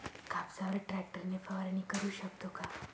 कापसावर ट्रॅक्टर ने फवारणी करु शकतो का?